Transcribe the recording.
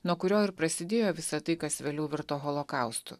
nuo kurio ir prasidėjo visa tai kas vėliau virto holokaustu